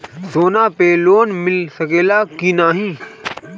सोना पे लोन मिल सकेला की नाहीं?